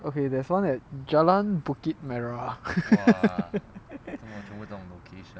okay there's one at jalan bukit merah